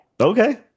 Okay